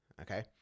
okay